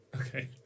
okay